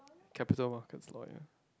capital markets lawyer